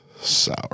sour